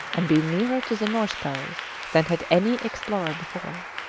and been nearer to the north pole than had any explorer before.